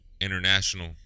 international